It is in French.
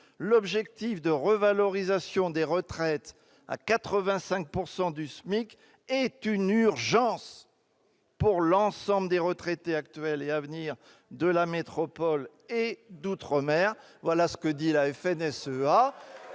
L'objectif de revalorisation des retraites à 85 % du SMIC est une urgence pour l'ensemble des retraités actuels et à venir de la métropole et d'outre-mer »; voilà ce que dit la FNSEA